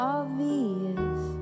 Obvious